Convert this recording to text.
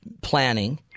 planning